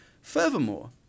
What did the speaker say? Furthermore